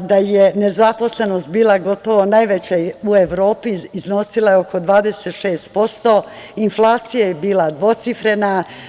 da je nezaposlenost bila gotovo najveća u Evropi, iznosila je oko 26% i inflacija je bila dvocifrena.